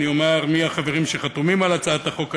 אני אומר מי החברים שחתומים על הצעת החוק הזאת: